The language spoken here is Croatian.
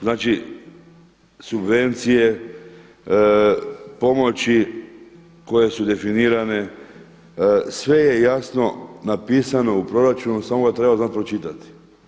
Znači, subvencije, pomoći koje su definirane, sve je jasno napisano u proračunu samo ga treba znati pročitati.